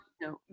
No